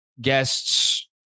Guests